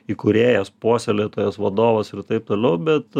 įkūrėjas puoselėtojas vadovas ir taip toliau bet